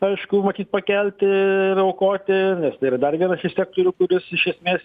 aišku matyt pakelti ir aukoti nes tai yra dar vienas iš sektorių kuris iš esmės